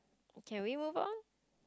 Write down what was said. can we move on